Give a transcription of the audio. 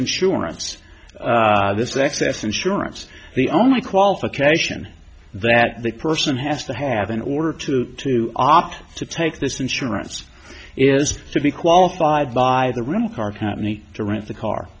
insurance this is access insurance the only qualification that the person has to have in order to to opt to take this insurance is to be qualified by the rental car company to rent the car